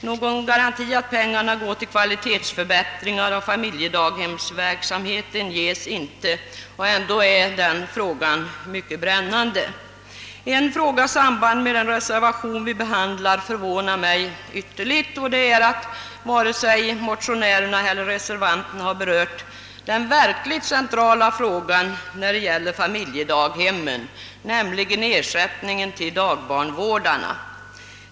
Någon garanti för att pengarna går till kvalitetsförbättringar i familjedaghemsverksamheten ges inte — och det är ändå en mycket brännande fråga! En annan sak i den reservation som vi nu behandlar förvånar mig också, nämligen att varken motionärerna eller reservanterna har berört den verkligt centrala frågan när det gäller familjedaghemmen: ersättningen till dagbarnvårdarna.